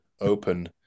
open